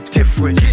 different